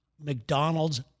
McDonald's